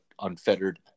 unfettered